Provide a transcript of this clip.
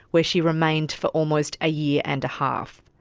where she remained for almost a year and a half.